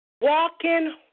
Walking